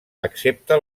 excepte